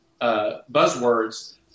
buzzwords